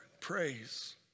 praise